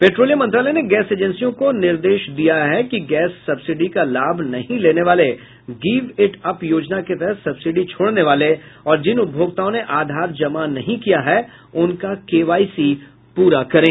petroleum मंत्रालय ने gas एजेंसियों को निर्देश दिया है कि गैस सब्सिडी का लाभ नहीं लेने वाले गिव इट अप योजना के तहत सब्सिडी छोड़ने वाले और जिन उपभोक्ताओं ने आधार जमा नहीं किया है उनका केवाईसी पूरा करें